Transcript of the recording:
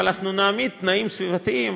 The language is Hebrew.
אבל אנחנו נעמיד תנאים סביבתיים,